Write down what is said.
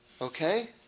Okay